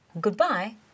Goodbye